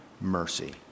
mercy